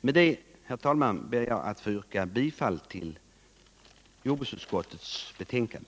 Med detta, herr talman, ber jag att få yrka bifall till jordbruksutskottets betänkande.